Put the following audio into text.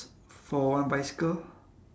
for one bicycle